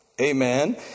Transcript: Amen